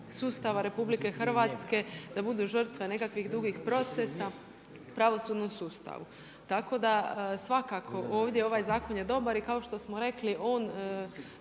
sustava RH, da budu žrtve nekakvih dugih procesa u pravosudnom sustavu. Tako da svakako ovdje ovaj zakon je dobar. I kao što smo rekli on